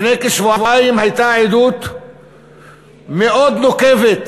לפני כשבועיים הייתה עדות מאוד נוקבת,